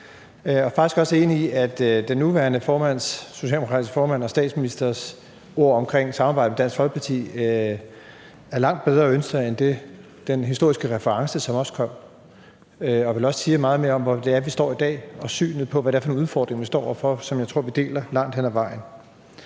faktisk også enig med den nuværende socialdemokratiske formand og statsminister i hendes ord om, at samarbejde med Dansk Folkeparti er langt bedre at ønske sig end det, der var i den historiske reference, som også kom og vel også siger meget mere om, hvor det er, vi står i dag, og synet på, hvad det er for nogle udfordringer, vi står over for, og som jeg tror vi deler langt hen ad vejen.